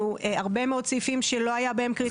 הרבה מאוד סעיפים שלא היו בהם קריטריונים